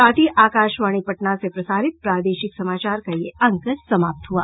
इसके साथ ही आकाशवाणी पटना से प्रसारित प्रादेशिक समाचार का ये अंक समाप्त हुआ